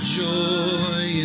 joy